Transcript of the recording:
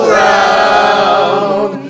round